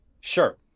Sure